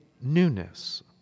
newness